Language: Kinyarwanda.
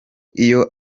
iyo